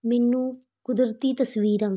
ਮੈਨੂੰ ਕੁਦਰਤੀ ਤਸਵੀਰਾਂ